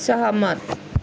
सहमत